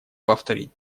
повторить